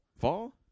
fall